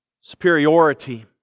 superiority